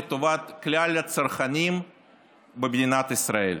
לטובת כלל הצרכנים במדינת ישראל.